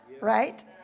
right